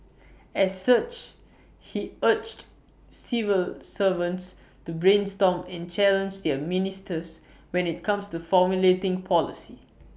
as such he urged civil servants to brainstorm and challenge their ministers when IT comes to formulating policy